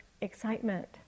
excitement